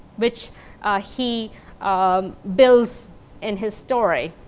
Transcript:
which he um builds in his story.